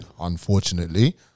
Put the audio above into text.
unfortunately